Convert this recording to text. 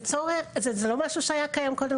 זה לא משהו שהיה נדרש קודם לכן.